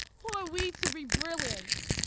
who are we to be brilliant,